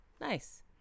nice